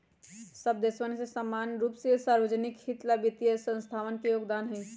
सब देशवन में समान रूप से सार्वज्निक हित ला वित्तीय संस्थावन के योगदान हई